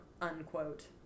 unquote